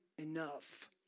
Enough